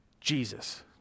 Jesus